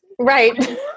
Right